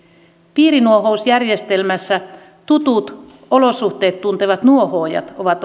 piirinuohousjärjestelmässä tutut olosuhteet tuntevat nuohoojat ovat